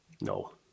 No